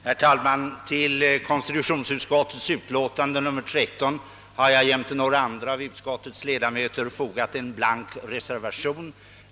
Herr talman! Till konstitutionsutskottets förevarande utlåtande nr 13 har jag tillsammans med några andra av utskottets ledamöter fogat en blank reservation.